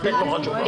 דעתך לא חשובה עכשיו.